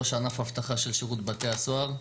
ראש ענף אבטחה של שירות בתי הסוהר.